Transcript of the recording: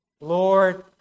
Lord